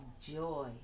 joy